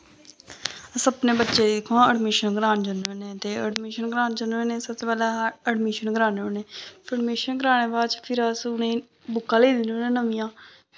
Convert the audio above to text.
अस अपने बच्चे दी दिक्खो हां अडमिशन करान जन्ने ते अडमिशन करान जन्ने होन्ने सब तू पैह्लें अडमिशन कराने होन्ने फिर अडमिशन कराने दे बाद च अस उ'नेंई बुक्कां लेई दिन्ने होन्ने नमियां